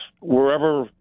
wherever